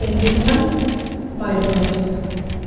Keonjhar Mayurbhanj